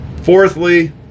Fourthly